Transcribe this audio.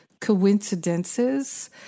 coincidences